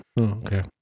Okay